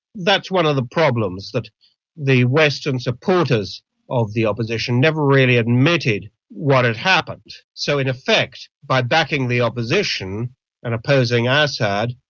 that's one of the problems, that the western supporters of the opposition never really admitted what had happened. so in effect by backing the opposition and opposing ah assad,